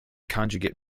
conjugate